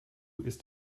ist